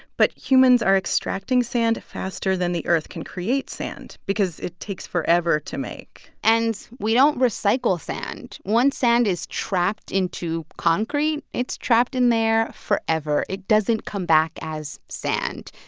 but humans are extracting sand faster than the earth can create sand because it takes forever to make and we don't recycle sand. once sand is trapped into concrete, it's trapped in there forever. it doesn't come back as sand.